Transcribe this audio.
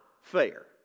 fair